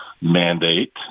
mandate